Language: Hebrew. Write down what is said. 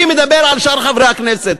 אני מדבר על שאר חברי הכנסת.